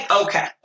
okay